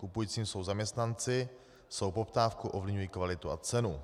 Kupujícími jsou zaměstnanci, svou poptávkou ovlivňují kvalitu a cenu.